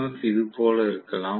F இது போல இருக்கலாம்